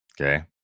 Okay